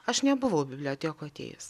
aš nebuvau bibliotekoj atėjęs